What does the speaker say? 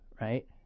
right